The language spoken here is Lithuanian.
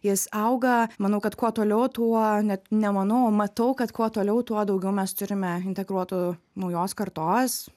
jis auga manau kad kuo toliau tuo net nemanau o matau kad kuo toliau tuo daugiau mes turime integruotų naujos kartos